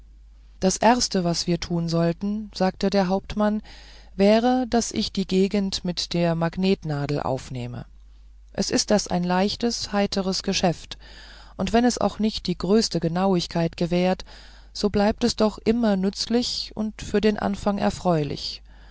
das erste was wir tun sollten sagte der hauptmann wäre daß ich die gegend mit der magnetnadel aufnähme es ist das ein leichtes heiteres geschäft und wenn es auch nicht die größte genauigkeit gewährt so bleibt es doch immer nützlich und für den anfang erfreulich